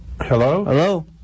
Hello